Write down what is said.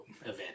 event